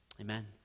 Amen